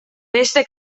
beste